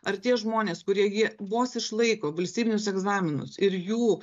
ar tie žmonės kurie jie vos išlaiko valstybinius egzaminus ir jų